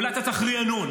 אולי אתה צריך רענון.